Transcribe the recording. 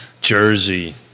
Jersey